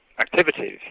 activities